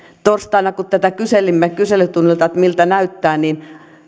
torstaina kun tätä kyselimme kyselytunnilla miltä näyttää niin